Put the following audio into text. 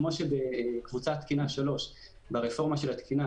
כמו שבקבוצת תקינה 3 ברפורמה של התקינה